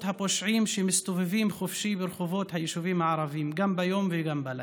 הפושעים שמסתובבים חופשי ברחובות היישובים הערביים גם ביום וגם בלילה.